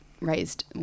raised